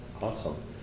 awesome